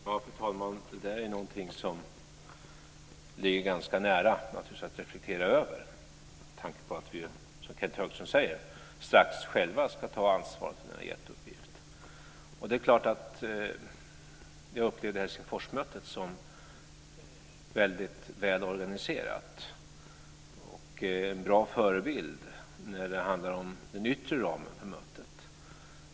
Fru talman! Det här är någonting som ligger ganska nära att reflektera över med tanke på att vi, som Kenth Högström säger, strax själva ska ta ansvaret för denna jätteuppgift. Jag upplevde Helsingforsmötet som väldigt väl organiserat och som en bra förebild när det handlar om den yttre ramen för mötet.